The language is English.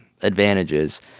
advantages